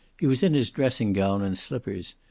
he was in his dressing gown and slippers,